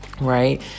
right